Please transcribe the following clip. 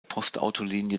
postautolinie